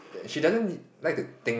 she doesn't like to think